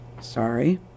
sorry